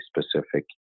specific